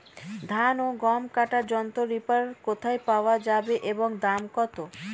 ধান ও গম কাটার যন্ত্র রিপার কোথায় পাওয়া যাবে এবং দাম কত?